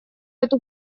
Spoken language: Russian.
эту